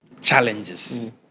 challenges